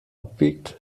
abbiegt